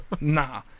Nah